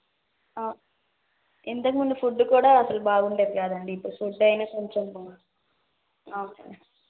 ఆ ఇంతకు ముందు ఫుడ్ కూడా అసలు బాగుండేది కాదండి ఇప్పుడు ఫుడ్డైనా కొంచెం బాగుంది